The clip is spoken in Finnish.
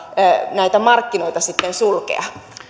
näitä markkinoita sulkea